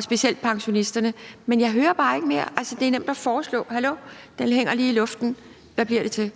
specielt pensionisterne, men jeg hører bare ikke mere. Altså, det er nemt at foreslå. Hallo! Den hænger lige i luften. Hvad bliver det til?